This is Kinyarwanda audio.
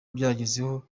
byagezweho